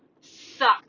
suck